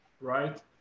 right